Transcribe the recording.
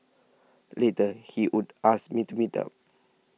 later he would ask me to meet up